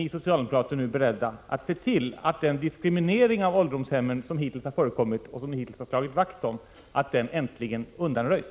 Är ni socialdemokrater nu beredda att se till att den diskriminering av ålderdomshemmen som hittills har förekommit och som ni hittills har slagit vakt om äntligen undanröjs?